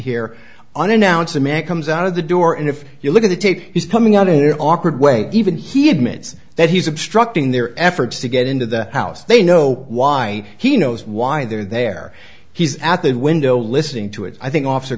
here unannounced a man comes out of the door and if you look at the tape he's coming out of there awkward way even he admits that he's obstructing their efforts to get into the house they know why he knows why they're there he's at the window listening to it i think officer